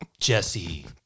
Jesse